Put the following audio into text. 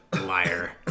liar